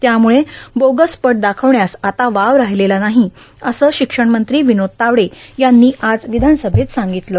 त्यामुळे बोगस पट दार्खावण्यास आता वाव र्राहलेला नाही असं शशक्षणमंत्री विनोद तावडे यांनी आज र्वावधानसभेत सांगगतलं